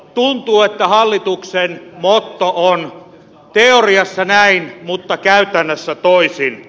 tuntuu että hallituksen motto on teoriassa näin mutta käytännössä toisin